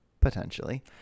Potentially